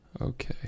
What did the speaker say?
Okay